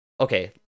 Okay